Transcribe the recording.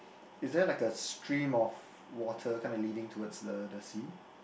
is there like a stream of water kind of leading towards the the sea